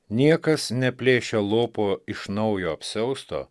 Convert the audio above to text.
niekas neplėšia lopo iš naujo apsiausto